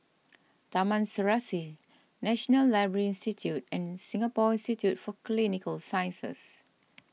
Taman Serasi National Library Institute and Singapore Institute for Clinical Sciences